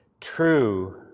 True